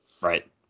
Right